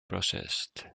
processed